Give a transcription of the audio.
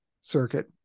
circuit